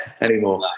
anymore